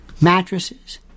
mattresses